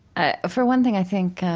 ah for one thing, i think,